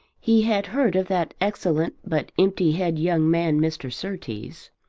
he had heard of that excellent but empty-headed young man mr. surtees.